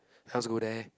how's go there